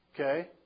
okay